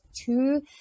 two